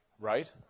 Right